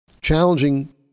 Challenging